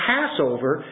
Passover